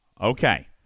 Okay